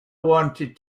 wanted